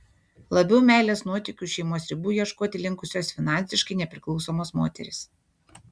labiau meilės nuotykių už šeimos ribų ieškoti linkusios finansiškai nepriklausomos moterys